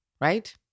right